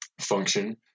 function